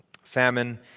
famine